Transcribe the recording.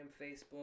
Facebook